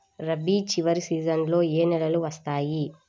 రబీ చివరి సీజన్లో ఏ నెలలు వస్తాయి?